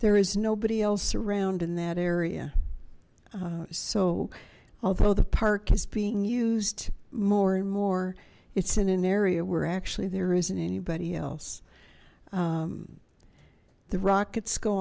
there is nobody else around in that area so although the park is being used more and more it's in an area where actually there isn't anybody else the rockets go